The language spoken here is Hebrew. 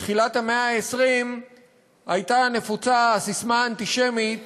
בתחילת המאה ה-20 הייתה נפוצה הססמה האנטישמית